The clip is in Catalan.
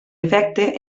efecte